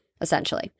essentially